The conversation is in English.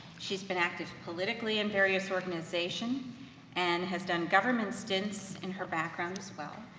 she's been active politically in various organization and has done government stints in her background as well.